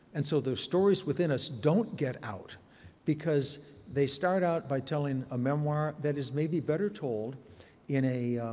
and so the stories within us don't get out because they start out by telling a memoir that is maybe better told in a,